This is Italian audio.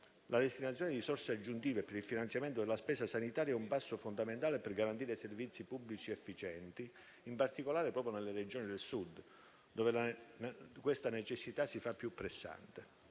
La destinazione di risorse aggiuntive per il finanziamento della spesa sanitaria è un passo fondamentale per garantire servizi pubblici efficienti, in particolare proprio nelle Regioni del Sud, dove questa necessità si fa più pressante.